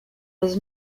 was